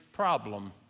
problem